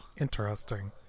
Interesting